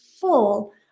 full